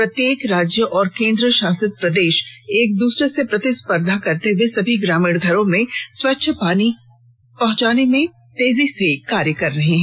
प्रत्येक राज्य और केंद्रशासित प्रदेश एक दूसरे से प्रतिस्पर्धा करते हुए सभी ग्रामीण घरों में स्वच्छ पीने का पानी पहुंचाने में तेजी से कार्य कर रहे हैं